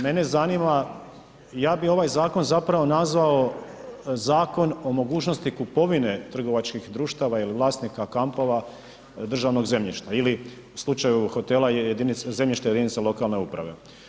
Mene zanima, ja bi ovaj zakon zapravo nazvao zakon o mogućnosti kupovine trgovačkih društava ili vlasnika kampova državnog zemljišta ili u slučaju hotela zemljišta jedinica lokalne uprave.